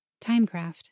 Timecraft